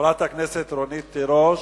חברת הכנסת רונית תירוש,